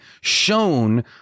shown